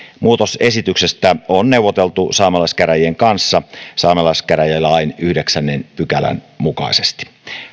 muutosesityksestä on neuvoteltu saamelaiskäräjien kanssa saamelaiskäräjälain yhdeksännen pykälän mukaisesti